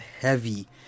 heavy